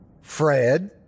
Fred